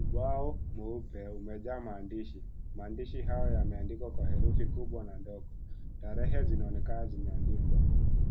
Ubao mweupe imejaa maandishi , maandishi haya yameandikwa Kwa herufi kubwa na ndogo ,tarehe zinaonekana zimeandikwa